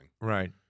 Right